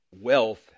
wealth